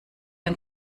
ein